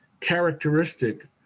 characteristic